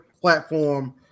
platform